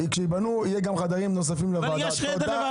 כשהם ייבנו, יהיו חדרים נוספים לוועדות.